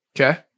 Okay